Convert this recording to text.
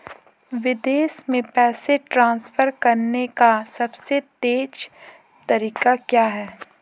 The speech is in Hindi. विदेश में पैसा ट्रांसफर करने का सबसे तेज़ तरीका क्या है?